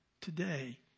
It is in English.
today